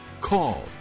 call